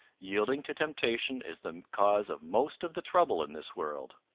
yielding to temptation is the cause of most of the trouble in this world.